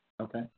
Okay